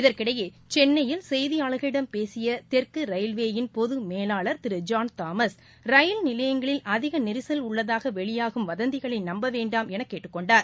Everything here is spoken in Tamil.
இதற்கிடையே சென்னையில் செய்தியாளர்களிடம் பேசிய தெற்கு ரயில்வேயின் பொது மேலாளர் திரு ஜான் தாமஸ் ரயில் நிலையங்களில் அதிக நெரிசல் உள்ளதாக வெளியாகும் வதந்திகளை நம்ப வேண்டாம் என கேட்டுக்கொண்டார்